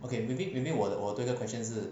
okay maybe maybe 我对这个 question 是